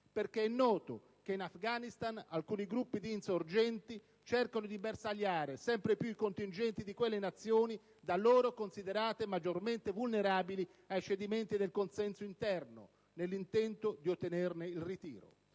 noto, infatti, che in Afghanistan alcuni gruppi di insorgenti cercano di bersagliare sempre più i contingenti di quelle Nazioni da loro considerate maggiormente vulnerabili ai cedimenti del consenso interno, nell'intento di ottenerne il ritiro.